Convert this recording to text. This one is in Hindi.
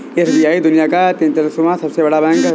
एस.बी.आई दुनिया का तेंतालीसवां सबसे बड़ा बैंक है